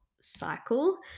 cycle